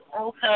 Okay